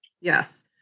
Yes